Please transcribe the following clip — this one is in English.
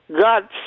God